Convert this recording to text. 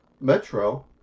metro